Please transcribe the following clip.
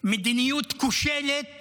מדיניות כושלת